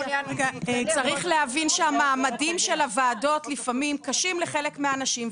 צריך להבין שהמעמדים של הוועדות לפעמים קשים לחלק מהאנשים,